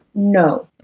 no.